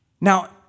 Now